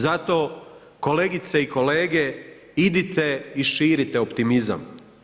Zato kolegice i kolege, idite i širite optimizam.